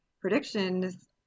predictions